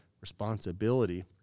responsibility